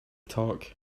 talk